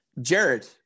Jared